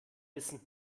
wissen